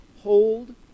hold